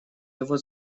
его